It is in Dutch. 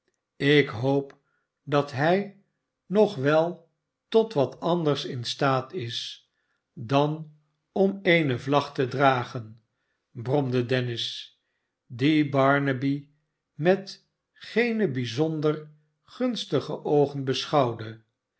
ik hoop dat hij nog wel tot wat anders in staat is dan om eene vlag te dragen bromde dennis die barnaby met geene bijzonder gunstige oogen beschouwde